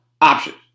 options